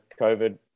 COVID